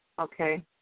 Okay